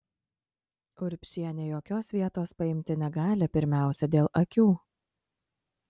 urbšienė jokios vietos paimti negali pirmiausia dėl akių